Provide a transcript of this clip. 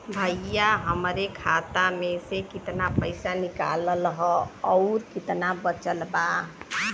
भईया हमरे खाता मे से कितना पइसा निकालल ह अउर कितना बचल बा?